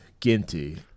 Ginty